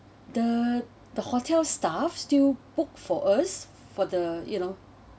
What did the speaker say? the the hotel staff still book for us for the you know